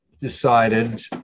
decided